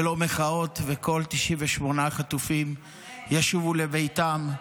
ולא מחאות, וכל 98 החטופים ישובו לביתם,